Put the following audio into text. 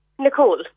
Nicole